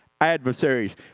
adversaries